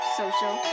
social